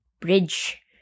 bridge